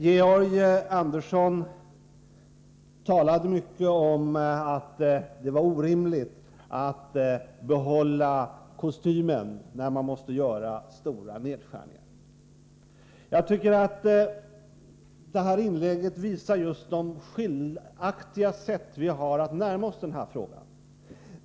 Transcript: Georg Andersson talade mycket om att det var orimligt att behålla kostymen när man måste göra stora nedskärningar. Hans inlägg visar just de skiljaktiga sätt vi har att närma oss denna fråga.